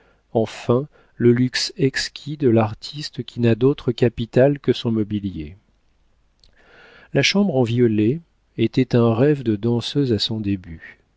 enfin le luxe exquis de l'artiste qui n'a d'autre capital que son mobilier la chambre en violet était un rêve de danseuse à son début